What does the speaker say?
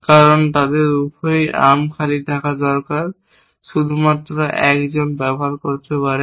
কারণ তাদের উভয়েরই আর্ম খালি থাকা দরকার এবং শুধুমাত্র একজন ব্যবহার করতে পারে